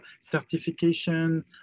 certification